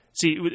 See